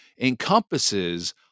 encompasses